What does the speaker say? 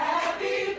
Happy